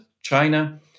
China